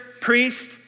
priest